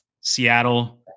Seattle